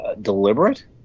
deliberate